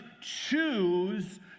choose